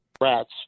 rats